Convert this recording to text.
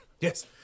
Yes